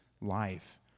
life